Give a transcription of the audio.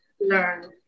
learn